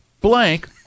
Blank